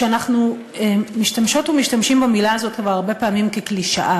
שאנחנו משתמשות ומשתמשים במילה הזאת כבר הרבה פעמים כקלישאה